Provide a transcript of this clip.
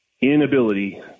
inability